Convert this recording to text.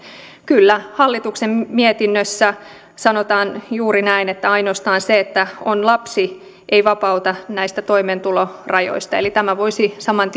kyllä hallintovaliokunnan mietinnössä sanotaan juuri näin että ainoastaan se että on lapsi ei vapauta näistä toimeentulorajoista eli tämä voisi saman